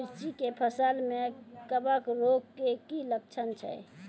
मिर्ची के फसल मे कवक रोग के की लक्छण छै?